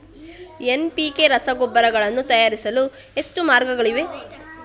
NPK ರಸಗೊಬ್ಬರಗಳನ್ನು ತಯಾರಿಸಲು ಎಷ್ಟು ಮಾರ್ಗಗಳಿವೆ?